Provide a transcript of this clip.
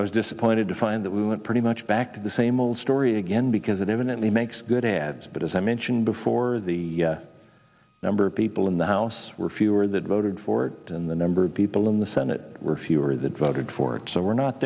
i was disappointed to find that we went pretty much back to the same old story again because it evidently makes good ads but as i mentioned before the number of people in the house were fewer that voted for it and the number of people in the senate were fewer that voted for it so we're not